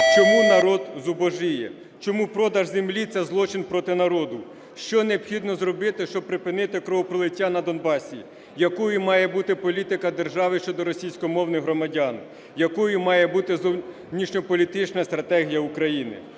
чому народ зубожіє; чому продаж землі це злочин проти народу; що необхідно зробити, щоб припинити кровопролиття на Донбасі; якою має бути політика держави щодо російськомовних громадян; якою має бути зовнішньополітична стратегія України.